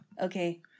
Okay